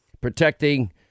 protecting